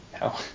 No